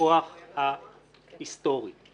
הכוח ההיסטורי.